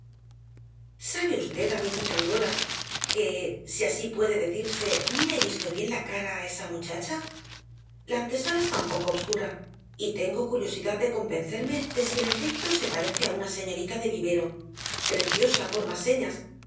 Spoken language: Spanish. sabe v amiguita aurora que si así puede decirse no le he visto bien la cara á esa muchacha la antesala está un poco obscura y tengo curiosidad de convencerme de si en efecto se parece á una señorita de vivero preciosa por más señas